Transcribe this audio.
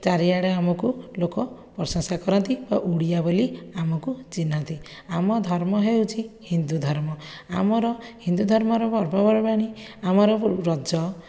ଚାରିଆଡ଼େ ଆମକୁ ଲୋକ ପ୍ରଶଂସା କରନ୍ତି ବା ଓଡ଼ିଆ ବୋଲି ଆମକୁ ଚିହ୍ନନ୍ତି ଆମ ଧର୍ମ ହେଉଛି ହିନ୍ଦୁଧର୍ମ ଆମର ହିନ୍ଦୁଧର୍ମ ର ପର୍ବପର୍ବାଣି ଆମର ରଜ